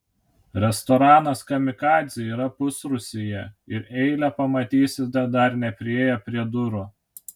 restoranas kamikadzė yra pusrūsyje ir eilę pamatysite dar nepriėję prie durų